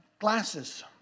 glasses